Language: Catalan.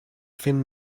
fent